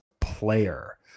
player